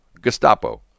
Gestapo